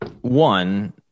One